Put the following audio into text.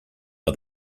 are